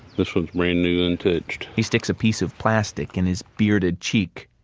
this one is brand new, untouched. he sticks a piece of plastic in his bearded cheek,